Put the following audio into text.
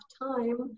time